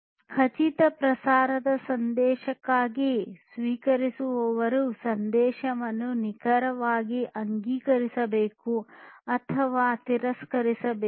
ಖಚಿತ ಪ್ರಕಾರದ ಸಂದೇಶಕ್ಕಾಗಿ ಸ್ವೀಕರಿಸುವವರು ಸಂದೇಶವನ್ನು ನಿಖರವಾಗಿ ಅಂಗೀಕರಿಸಬೇಕು ಅಥವಾ ತಿರಸ್ಕರಿಸಬೇಕು